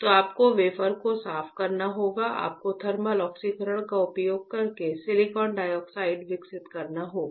तो आपको वेफर को साफ करना होगा आपको थर्मल ऑक्सीकरण का उपयोग करके सिलिकॉन डाइऑक्साइड विकसित करना होगा